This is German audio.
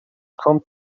kommt